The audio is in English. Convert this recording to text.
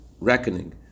reckoning